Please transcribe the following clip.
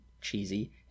cheesy